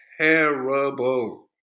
Terrible